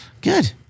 good